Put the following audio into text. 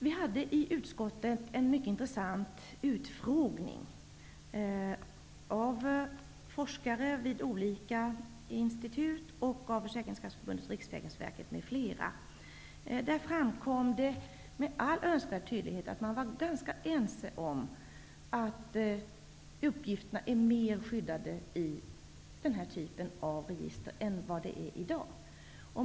Vi hade i utskottet en mycket intressant utfrågning av forskare vid olika institut, av Riksförsäkringsverket m.fl. Där framkom med all önskvärd tydlighet att man var ganska ense om att uppgifterna var mer skyddade i ett register av denna typ än de är i dag.